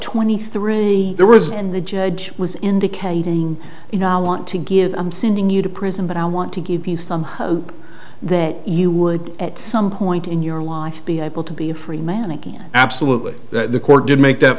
twenty three there was and the judge was indicating you know i want to give i'm sending you to prison but i want to give you some hope that you would at some point in your life be able to be a free man again absolutely that the court did make that